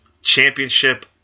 championship